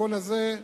במתכונת הזאת,